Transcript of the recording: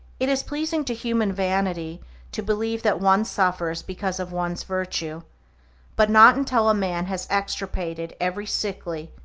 it is pleasing to human vanity to believe that one suffers because of one's virtue but not until a man has extirpated every sickly,